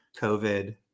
COVID